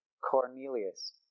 Cornelius